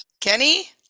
Kenny